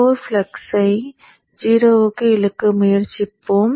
core பிலக்ஸை 0 க்கு இழுக்க முயற்சிப்போம்